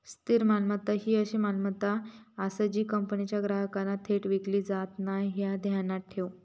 स्थिर मालमत्ता ही अशी मालमत्ता आसा जी कंपनीच्या ग्राहकांना थेट विकली जात नाय, ह्या ध्यानात ठेव